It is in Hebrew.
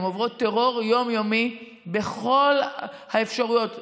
הן עוברות טרור יום-יומי בכל האפשרויות,